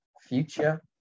Future